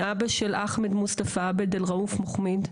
מאבא של אחמד מוסטפא עבד אל ראוף מוחמיד.